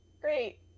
Great